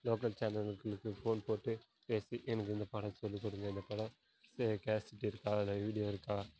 local சேனலுக்கு phone போட்டு பேசி எனக்கு இந்தப் படம் சொல்லிக்கொடுங்க இந்தப் படம் இது கேஸட்டு இருக்கா இல்லை வீடியோ இருக்கா